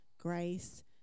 grace